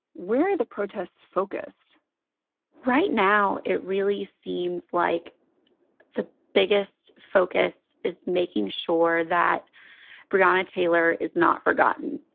where are the protests focused right now? it really seems like the biggest focus is making sure that briona taylor is not forgotten.